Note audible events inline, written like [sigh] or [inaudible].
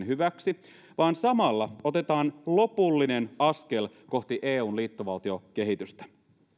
[unintelligible] hyväksi vaan samalla otetaan lopullinen askel kohti eun liittovaltiokehitystä